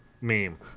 meme